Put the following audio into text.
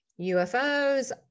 UFOs